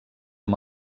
amb